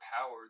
power